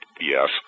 yes